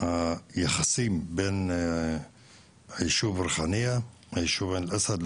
היחסים בין ישוב ריחאניה לישוב עין אל-אסד,